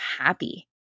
happy